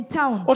town